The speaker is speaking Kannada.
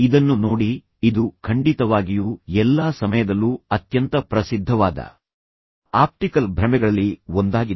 ಇದನ್ನು ನೋಡಿ ಇದು ಖಂಡಿತವಾಗಿಯೂ ಎಲ್ಲಾ ಸಮಯದಲ್ಲೂ ಅತ್ಯಂತ ಪ್ರಸಿದ್ಧವಾದ ಆಪ್ಟಿಕಲ್ ಭ್ರಮೆಗಳಲ್ಲಿ ಒಂದಾಗಿದೆ